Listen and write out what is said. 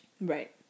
Right